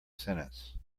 sentence